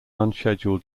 unscheduled